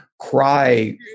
cry